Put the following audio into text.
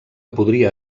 podria